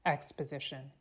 Exposition